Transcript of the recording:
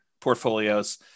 portfolios